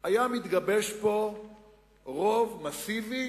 היה מתגבש פה רוב מסיבי,